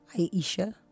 Aisha